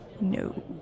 No